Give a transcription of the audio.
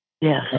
Yes